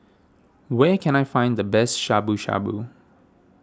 where can I find the best Shabu Shabu